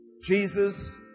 Jesus